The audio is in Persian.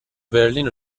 برلین